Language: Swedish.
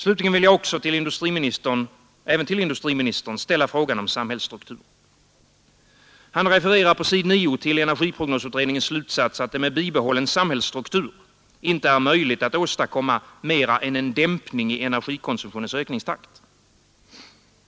Slutligen vill jag även till industriministern ställa frågan om samhällsstrukturen. Han refererar i svaret till energiprognosutredningens slutsats att det med bibehållen samhällsstruktur inte är möjligt att åstadkomma mer än en dämpning i energikonsumtionens ökningstakt.